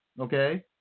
okay